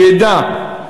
שידע,